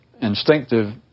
instinctive